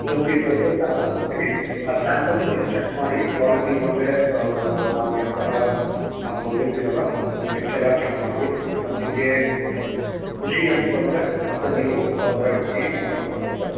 two ಪೀಸಸ್ಗೂ sample ಕೊಡ್ತೀನಿ ಆ ಸ್ಯಾಂಪಲನ್ನ ನೀವು ಚೆಕ್ ಮಾಡಿ ಕ್ವಾಲಿಟಿ ಮತ್ತು ನಾವು ಯಾವ ಥರ ನಾವು ಹೊಲ್ದಿರ್ತೀರಲ್ಲ ಆ ಸ್ಟಿಚ್ ಎಲ್ಲ ಚೆಕ್ ಮಾಡಿ ಅದು ನಿಮಗೆ ಖುಷಿ ಅನ್ಸ್ತಂದ್ರೆ ಮತ್ತೆ ನೀವು ಬಲ್ಕ್ ಆಗಿ ಆರ್ಡರ್ ಕೊಡ್ಬೌದು ಸರ್